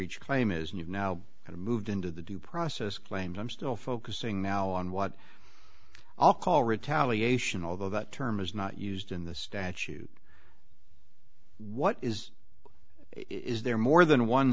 each claim is now and moved into the due process claims i'm still focusing now on what i'll call retaliation although that term is not used in the statute what is is there more than one